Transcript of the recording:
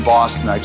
Boston